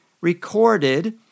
recorded